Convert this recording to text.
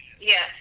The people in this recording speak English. Yes